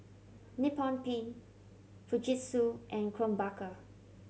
Nippon Paint Fujitsu and Krombacher